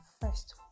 first